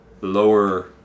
lower